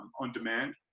on-demand